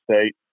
State